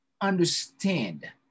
understand